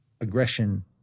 aggression